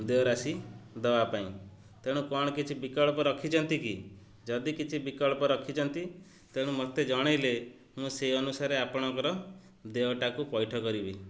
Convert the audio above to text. ଦେୟ ରାଶି ଦେବା ପାଇଁ ତେଣୁ କ'ଣ କିଛି ବିକଳ୍ପ ରଖିଛନ୍ତି କି ଯଦି କିଛି ବିକଳ୍ପ ରଖିଛନ୍ତି ତେଣୁ ମୋତେ ଜଣାଇଲେ ମୁଁ ସେଇ ଅନୁସାରେ ଆପଣଙ୍କର ଦେୟଟାକୁ ପୈଠ କରିବି